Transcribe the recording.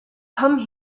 come